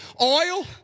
oil